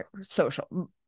social